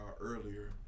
earlier